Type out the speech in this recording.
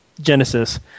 Genesis